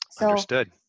Understood